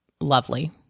lovely